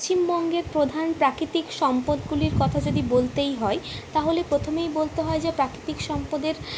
পশ্চিমবঙ্গের প্রধান প্রাকৃতিক সম্পদগুলির কথা যদি বলতেই হয় তাহলে প্রথমেই বলতে হয় যে প্রাকৃতিক সম্পদের